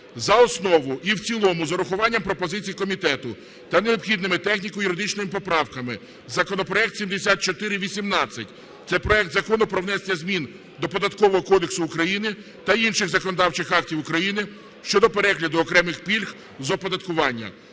за основу і в цілому з урахуванням пропозицій комітету та необхідними техніко-юридичними поправками законопроект 7418. Це проект Закону про внесення змін до Податкового кодексу України та інших законодавчих актів України щодо перегляду окремих пільг з оподаткування.